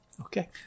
Okay